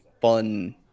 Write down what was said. fun